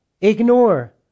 ignore